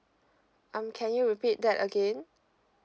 um can you repeat that again